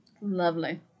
Lovely